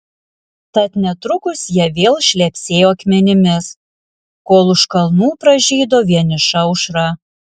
tad netrukus jie vėl šlepsėjo akmenimis kol už kalnų pražydo vieniša aušra